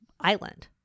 island